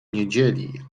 niedzieli